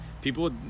People